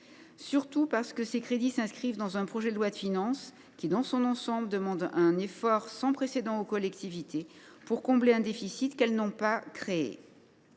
aussi parce que ces crédits s’inscrivent dans un projet de loi de finances qui, dans son ensemble, demande un effort sans précédent aux collectivités pour combler un déficit que celles ci n’ont pas créé.